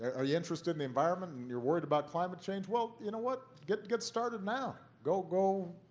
are you interested in the environment and you're worried about climate change? well, you know what, get get started now. go go